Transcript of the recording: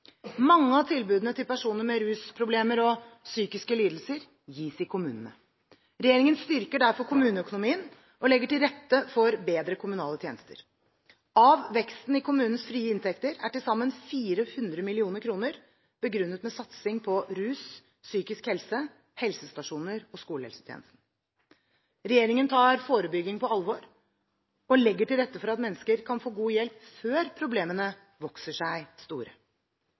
Mange av tilbudene til personer med rusproblemer og psykiske lidelser gis i kommunene. Regjeringen styrker derfor kommuneøkonomien og legger til rette for bedre kommunale tjenester. Av veksten i kommunenes frie inntekter er til sammen 400 mill. kr begrunnet med satsing på rus, psykisk helse, helsestasjoner og skolehelsetjenesten. Regjeringen tar forebygging på alvor og legger til rette for at mennesker kan få god hjelp før problemene vokser seg store.